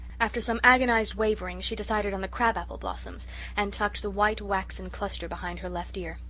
after some agonised wavering she decided on the crab-apple blossoms and tucked the white waxen cluster behind her left ear.